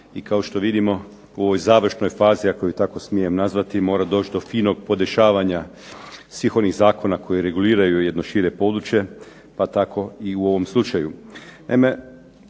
i kao što vidimo u ovoj završnoj fazi ako je tako smijem nazvati mora doći do finog podešavanja svih onih zakona koji reguliraju jedno šire područje, pa tako i u ovom slučaju.